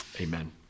Amen